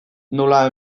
nola